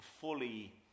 fully